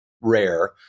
rare